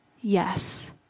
Yes